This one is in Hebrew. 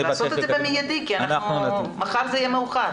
תעשו את זה מיידית כי מחר זה יהיה מאוחר.